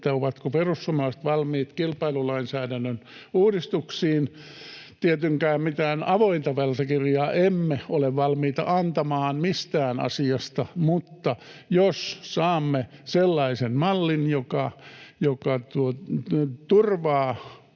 ovatko perussuomalaiset valmiit kilpailulainsäädännön uudistuksiin. Tietenkään mitään avointa valtakirjaa emme ole valmiita antamaan mistään asiasta, mutta jos saamme sellaisen mallin, joka turvaa